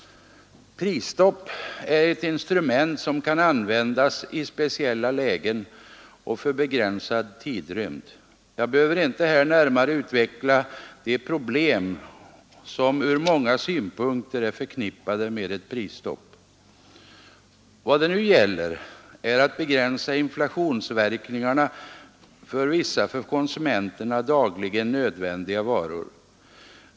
Prisstopp är ett instrument som kan användas i speciella lägen och för begränsad tidrymd. Jag behöver inte här närmare utveckla de problem som ur många synpunkter är förknippade med ett prisstopp. Vad det nu gäller är att begränsa inflationsverkningarna på vissa för konsumenterna dagligen nödvändiga varor.